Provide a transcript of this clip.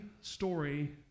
story